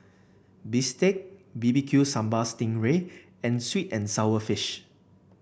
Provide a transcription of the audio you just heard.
Bistake B B Q Sambal Sting Ray and sweet and sour fish